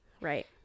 right